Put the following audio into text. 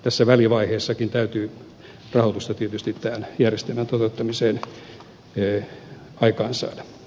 tässä välivaiheessakin täytyy rahoitusta tietysti tämän järjestelmän toteuttamiseen aikaansaada